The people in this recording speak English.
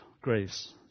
grace